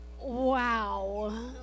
Wow